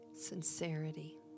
sincerity